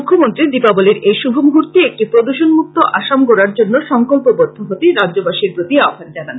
মৃখ্যমন্ত্রী দীপাবলীর এই শুভ মৃহূর্তে একটি প্রদূষণমুক্ত আসাম গড়ার জন্য সংকল্পবদ্ধ হতে রাজ্যবাসীর প্রতি আহ্বান জানান